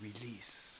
release